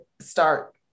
start